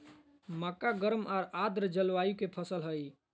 मक्का गर्म आर आर्द जलवायु के फसल हइ